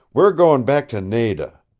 we're going back to nada!